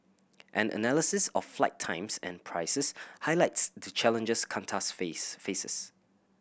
an analysis of flight times and prices highlights the challenges Qantas face faces